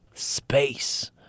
Space